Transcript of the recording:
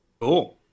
Cool